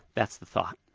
that's the thought.